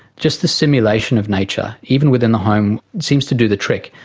just the stimulation of nature even within the home, seems to do the trick.